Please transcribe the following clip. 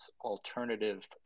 alternative